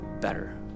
better